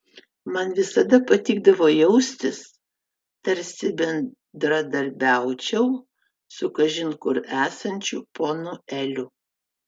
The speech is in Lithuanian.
man visada patikdavo jaustis tarsi bendradarbiaučiau su kažin kur esančiu ponu eliu